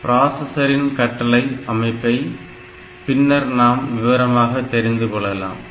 பிராசஸரின் கட்டளை அமைப்பை பின்னர் நாம் விவரமாக தெரிந்துகொள்ளலாம்